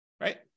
right